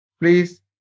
please